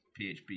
PHP